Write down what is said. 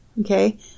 Okay